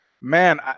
Man